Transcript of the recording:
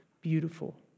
beautiful